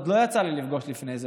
עוד לא יצא לי לפגוש לפני זה.